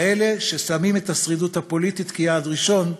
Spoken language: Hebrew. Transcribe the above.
כאלו ששמים את השרידות הפוליטית כיעד ראשון,